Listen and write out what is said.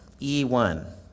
E1